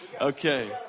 okay